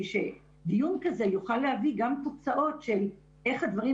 כדי שדיון כזה יוכל להביא גם תוצאות של איך הדברים